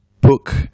book